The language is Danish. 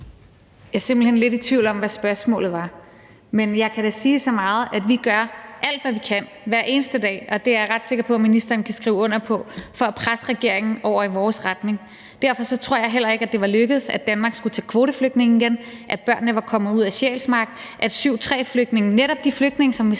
hen lidt i tvivl om, hvad spørgsmålet var. Men jeg kan da sige så meget, at vi gør alt, hvad vi kan hver eneste dag, og det er jeg ret sikker på ministeren kan skrive under på, for at presse regeringen i vores retning. Derfor tror jeg heller ikke, at det var lykkedes at få Danmark til at tage kvoteflygtninge igen, at børnene var kommet ud af Sjælsmark, og at § 7, stk. 3-flygtninge – netop de flygtninge, som vi